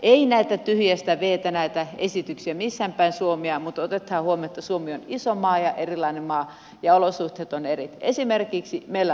ei näitä esityksiä tyhjästä vedetä missään päin suomea mutta otetaan huomioon että suomi on iso maa ja erilainen maa ja olosuhteet ovat erilaiset